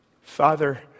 Father